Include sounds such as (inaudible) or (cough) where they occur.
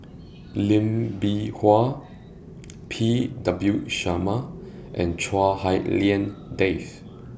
(noise) Lee Bee Wah P W Sharma and Chua Hak Lien Dave